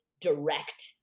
direct